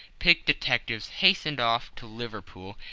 picked detectives hastened off to liverpool,